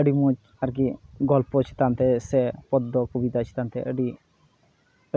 ᱟᱹᱰᱤ ᱢᱚᱡᱽ ᱟᱨᱠᱤ ᱜᱚᱞᱯᱚ ᱪᱮᱛᱟᱱ ᱛᱮ ᱥᱮ ᱯᱚᱫᱫᱚ ᱠᱚᱵᱚᱤᱛᱟ ᱪᱮᱛᱟᱱ ᱛᱮ ᱟᱹᱰᱤ